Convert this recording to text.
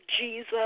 Jesus